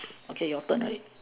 okay your turn alrea~